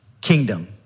kingdom